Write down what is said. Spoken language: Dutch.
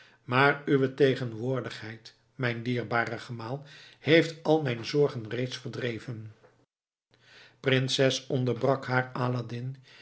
maar uwe tegenwoordigheid mijn dierbare gemaal heeft al mijn zorgen reeds verdreven prinses onderbrak haar aladdin